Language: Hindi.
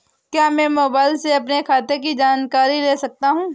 क्या मैं मोबाइल से अपने खाते की जानकारी ले सकता हूँ?